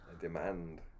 Demand